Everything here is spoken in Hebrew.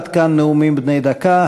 עד כאן נאומים בני דקה.